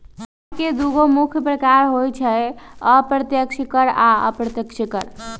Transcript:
कर के दुगो मुख्य प्रकार होइ छै अप्रत्यक्ष कर आ अप्रत्यक्ष कर